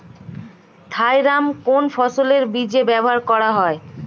Thiram কোন ফসলের বীজে ব্যবহার করা হয়?